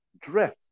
drift